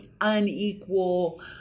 unequal